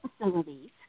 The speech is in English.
facilities